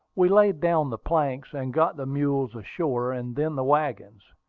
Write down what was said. we laid down the planks, and got the mules ashore, and then the wagons.